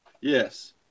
Yes